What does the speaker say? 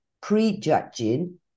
prejudging